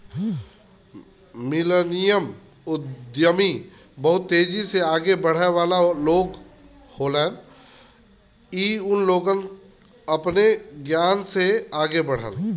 millennial उद्यमी बहुत तेजी से आगे बढ़े वाला लोग होलन इ लोग अपने ज्ञान से आगे बढ़लन